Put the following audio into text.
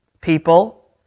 People